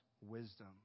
wisdom